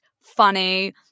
funny